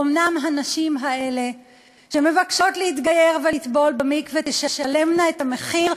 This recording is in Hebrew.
אומנם הנשים האלה שמבקשות להתגייר ולטבול במקווה תשלמנה את המחיר,